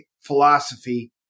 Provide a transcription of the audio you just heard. philosophy